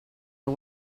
are